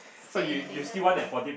set anything in stone